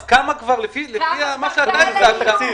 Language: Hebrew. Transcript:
אז לפי מה שאתה אמרת,